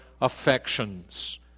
affections